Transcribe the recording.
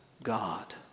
God